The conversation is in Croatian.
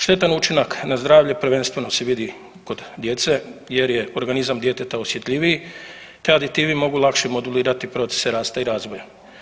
Štetan učinak na zdravlje prvenstveno se vidi kod djece jer je organizam djeteta osjetljiviji te aditivi mogu lakše modulirati procese rasta i razvoja.